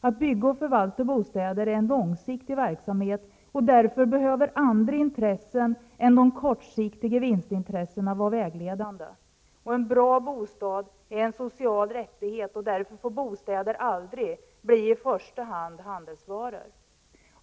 Att bygga och förvalta bostäder är en långsiktig verksamhet, och därför behöver andra intressen är de kortsiktiga vinstintressena vara vägledande. En bra bostad är en social rättighet. Därför får bostäder aldrig bli i första hand handelsvaror.